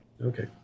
Okay